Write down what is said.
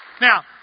now